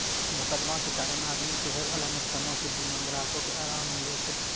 मोकदमा के कारण आदमी के होयबाला नुकसानो से बीमा ग्राहको के अराम मिलै छै